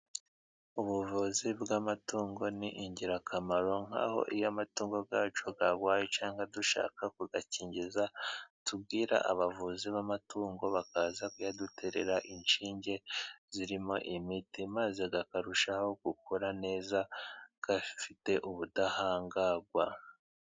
Ubuvuzi bw'amatungo ni ingirakamaro nk'aho iyo amatungo yacu yarwaye cyangwa dushaka kugakingiza, tubwira abavuzi b'amatungo bakaza kuyaduterera inshinge zirimo imiti maze akarushaho gukura neza afite ubudahangagwa.